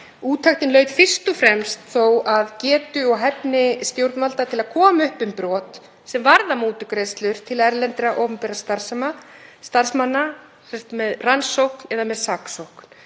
Úttektin laut þó fyrst og fremst að getu og hæfni stjórnvalda til að koma upp um brot sem varða mútugreiðslur til erlendra, opinberra starfsmanna, sem sagt með rannsókn eða saksókn.